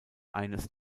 eines